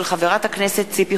מאת חבר הכנסת דני